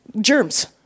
germs